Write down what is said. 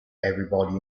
everybody